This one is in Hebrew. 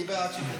אני בעד שתדברי.